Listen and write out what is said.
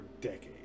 decades